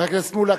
חבר הכנסת מולה,